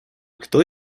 кто